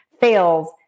fails